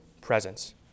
presence